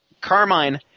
Carmine